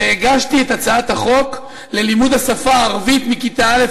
שהגשתי את הצעת החוק ללימוד השפה הערבית מכיתה א'?